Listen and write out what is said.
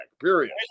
period